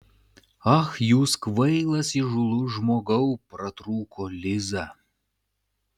ach jūs kvailas įžūlus žmogau pratrūko liza